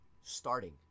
Starting